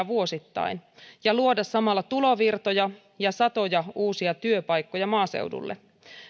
vuosittain ja luoda samalla tulovirtoja ja satoja uusia työpaikkoja maaseudulle